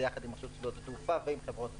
ביחד עם רשות שדות התעופה ועם חברות התעופה.